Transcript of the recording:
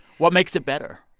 what makes it better?